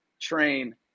train